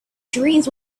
dreams